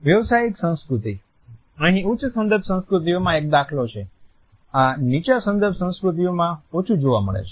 વ્યવસાયિક સંસ્કૃતિ અહીં ઉચ્ચ સંદર્ભ સંસ્કૃતિઓમાં એક દાખલો છે આ નીચા સંદર્ભ સંસ્કૃતીમાં ઓછું જોવા મળે છે